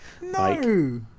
no